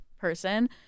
person